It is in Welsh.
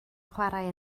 chwarae